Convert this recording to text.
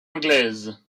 anglaise